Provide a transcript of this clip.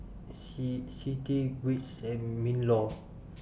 C C T WITS and MINLAW